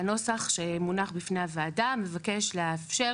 והנוסח שמונח בפני הוועדה מבקש לאפשר